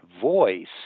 voice